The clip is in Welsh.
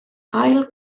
ail